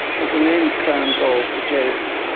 as the name crown gall suggests,